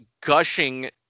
gushing